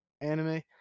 anime